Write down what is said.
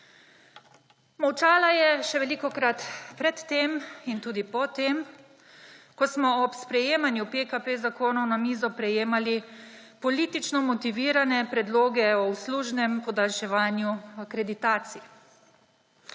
Molčala je še velikokrat pred tem in tudi po tem, ko smo ob sprejemanju zakonov PKP na mizo prejemali politično motivirane predloge o služnem podaljševanju akreditacij,